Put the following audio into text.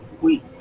week